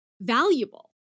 valuable